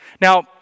Now